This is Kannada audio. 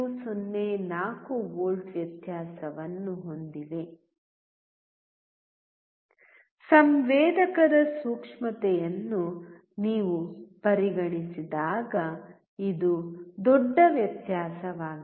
04 ವೋಲ್ಟ್ ವ್ಯತ್ಯಾಸವನ್ನು ಹೊಂದಿವೆ ಸಂವೇದಕದ ಸೂಕ್ಷ್ಮತೆಯನ್ನು ನೀವು ಪರಿಗಣಿಸಿದಾಗ ಇದು ದೊಡ್ಡ ವ್ಯತ್ಯಾಸವಾಗಿದೆ